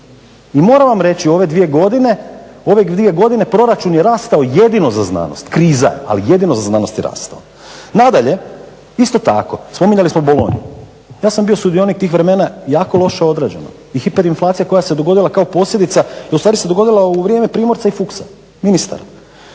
I moram vam reći u ove dvije godine proračun je rastao jedino za znanost, kriza, ali jedino za znanost je rastao. Nadalje, isto tako spominjali smo bolonju. Ja sam bio sudionik tih vremena, jako loše određeno i hiperinflacija koja se dogodila kao posljedica i ustvari se dogodila u vrijeme Primorca i Fuchsa, ministara.